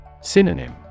Synonym